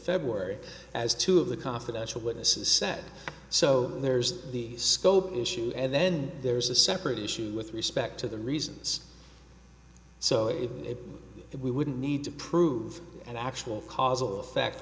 february as two of the confidential witnesses said so there's the scope issue and then there's a separate issue with respect to the reasons so if we wouldn't need to prove an actual causal effect